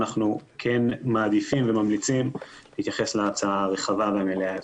אבל אנחנו מעדיפים וממליצים להתייחס להצעה הרחבה והמלאה יותר.